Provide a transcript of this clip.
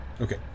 okay